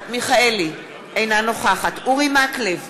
אינה נוכחת אורי מקלב,